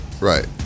Right